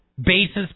basis